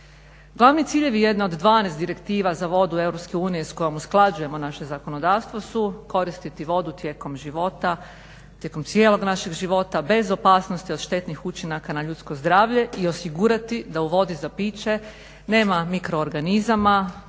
Glavni ciljevi jedne od 12 direktiva za vodu EU s kojom usklađujemo naše zakonodavstvo su koristiti vodu tijekom života, tijekom cijelog našeg života bez opasnosti od štetnih učinaka na ljudsko zdravlje i osigurati da u vodi za piće nema mikro organizama,